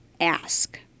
ask